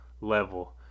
level